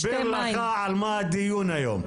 מסביר לך על מה הדיון היום.